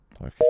Okay